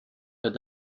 wird